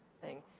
thing.